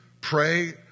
pray